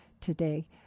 today